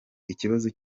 ikibazo